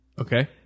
Okay